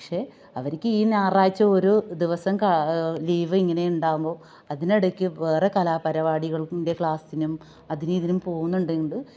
പക്ഷേ അവർക്കി ഞാറാഴ്ചയൊരു ദിവസം ക ലീവിങ്ങനെയുണ്ടാവുമ്പോൾ അതിനിടക്ക് വേറെ കലാപരിപാടികള്ക്കും ക്ലാസ്സിനും അതിനുംഇതിനും പോവുന്നുണ്ടെങ്കിൽ